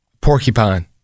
porcupine